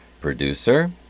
Producer